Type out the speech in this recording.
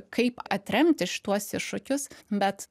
kaip atremti šituos iššūkius bet